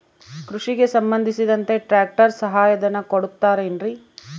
ಕೃಷಿಗೆ ಸಂಬಂಧಿಸಿದಂತೆ ಟ್ರ್ಯಾಕ್ಟರ್ ಸಹಾಯಧನ ಕೊಡುತ್ತಾರೆ ಏನ್ರಿ?